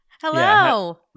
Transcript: Hello